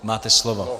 Máte slovo.